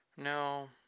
No